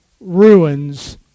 ruins